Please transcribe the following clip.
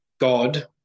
God